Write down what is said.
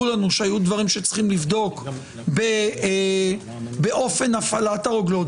לנו שהיו דברים שצריכים לבדוק באופן הפעלת הרוגלות,